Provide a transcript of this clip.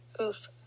Oof